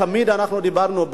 תמיד דיברנו,